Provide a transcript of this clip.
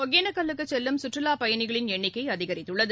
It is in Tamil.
ஒகேனக்கல்லுக்கு செல்லும் சுற்றுலா பயணிகளின் எண்ணிக்கை அதிகரித்துள்ளது